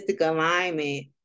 alignment